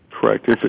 Correct